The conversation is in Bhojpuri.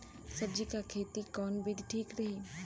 सब्जी क खेती कऊन विधि ठीक रही?